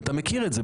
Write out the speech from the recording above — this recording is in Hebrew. אתה מכיר את זה,